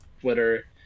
Twitter